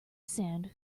sand